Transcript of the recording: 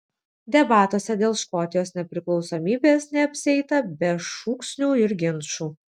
debatuose dėl škotijos nepriklausomybės neapsieita be šūksnių ir ginčų